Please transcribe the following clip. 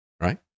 right